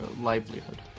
livelihood